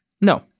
No